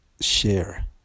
Share